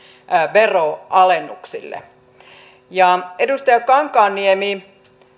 veronalennuksille edustaja kankaanniemi